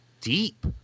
deep